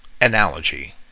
analogy